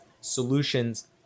solutions